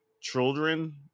children